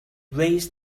raise